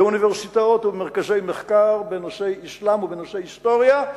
באוניברסיטאות ובמרכזי מחקר בנושא אסלאם ובנושא היסטוריה,